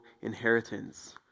inheritance